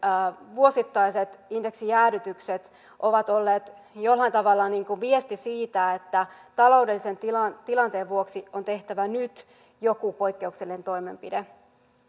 vuosittaiset indeksijäädytykset ovat olleet jollain tavalla viesti siitä että taloudellisen tilanteen tilanteen vuoksi on tehtävä nyt joku poikkeuksellinen toimenpide